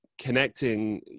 connecting